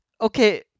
Okay